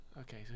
okay